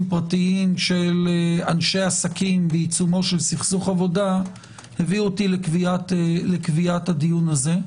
פרטיים של אנשי עסקים בעיצומו של סכסוך עבודה הביא אותי לקביעת הדיון הזה.